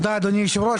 תודה אדוני יושב הראש.